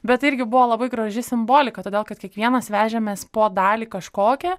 bet irgi buvo labai graži simbolika todėl kad kiekvienas vežėmės po dalį kažkokią